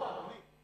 לא, אדוני.